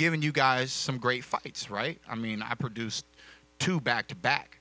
giving you guys some great fights right i mean i produced two back to back